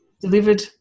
delivered